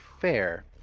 fair